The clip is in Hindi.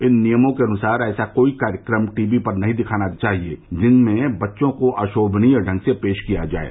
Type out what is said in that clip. इन नियमों के अनुसार ऐसा कोई कार्यक्रम टी वी पर नहीं दिखाया जा सकता जिसमें बच्चों को अशोभनीय ढंग से पेश किया जाये